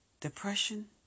depression